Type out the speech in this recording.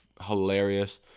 hilarious